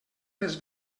les